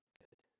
good